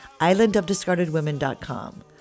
islandofdiscardedwomen.com